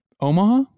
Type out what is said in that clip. Omaha